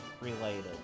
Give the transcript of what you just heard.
related